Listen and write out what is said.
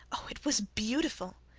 oh, it was beautiful!